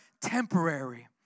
temporary